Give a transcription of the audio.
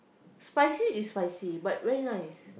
spicy is spicy but very nice